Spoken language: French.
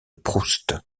proust